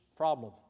problem